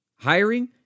Hiring